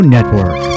Network